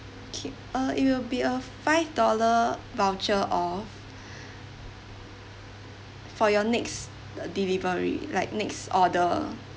okay uh it will be a five dollar voucher off for your next delivery like next order